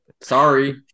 Sorry